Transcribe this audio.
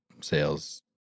sales